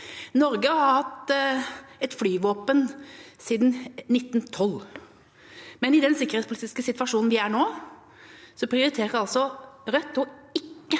Norge har hatt et flyvåpen siden 1912, men i den sikkerhetspolitiske situasjonen vi er i nå, prioriterer altså